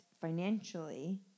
financially